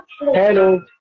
Hello